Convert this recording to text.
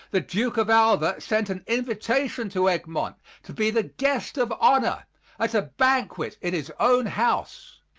the duke of alva sent an invitation to egmont to be the guest of honor at a banquet in his own house.